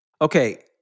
Okay